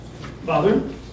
Father